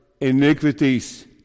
iniquities